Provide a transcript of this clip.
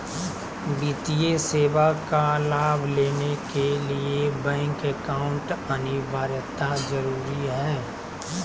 वित्तीय सेवा का लाभ लेने के लिए बैंक अकाउंट अनिवार्यता जरूरी है?